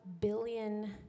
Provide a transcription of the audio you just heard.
billion